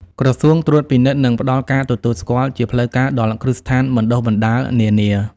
ក្រសួងត្រួតពិនិត្យ និងផ្តល់ការទទួលស្គាល់ជាផ្លូវការដល់គ្រឹះស្ថានបណ្ដុះបណ្ដាលនានា។